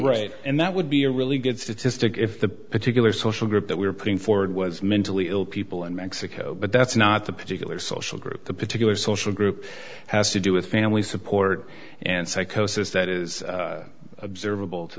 right and that would be a really good statistic if the particular social group that we're putting forward was mentally ill people in mexico but that's not the particular social group the particular social group has to do with family support and psychosis that is observable to